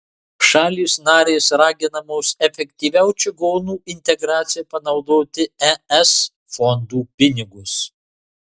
šalys narės raginamos efektyviau čigonų integracijai panaudoti es fondų pinigus